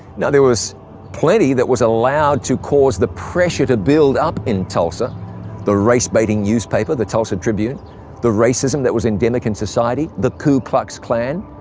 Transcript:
now, there was plenty that was allowed to cause the pressure to build up in tulsa the race-baiting newspaper the tulsa tribune the racism that was endemic in society, the ku klux klan,